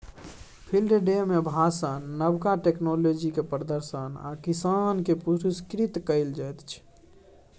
field day मे भाषण, नबका टेक्नोलॉजीक प्रदर्शन आ किसान केँ पुरस्कृत कएल जाइत छै